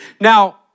Now